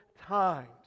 times